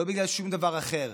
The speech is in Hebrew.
לא בגלל שום דבר אחר.